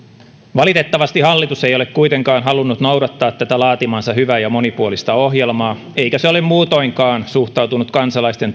valitettavasti hallitus ei ole kuitenkaan halunnut noudattaa tätä laatimaansa hyvää ja monipuolista ohjelmaa eikä se ole muutoinkaan suhtautunut kansalaisten